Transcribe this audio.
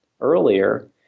earlier